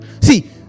see